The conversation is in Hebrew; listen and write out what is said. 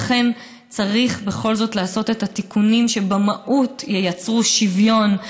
לכן צריך בכל זאת לעשות את התיקונים שבמהות ייצרו שוויון,